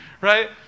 right